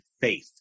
faith